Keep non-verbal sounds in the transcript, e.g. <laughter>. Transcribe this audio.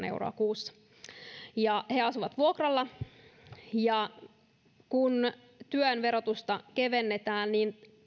<unintelligible> euroa kuussa he asuvat vuokralla kun työn verotusta kevennetään niin